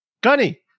Gunny